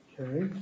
Okay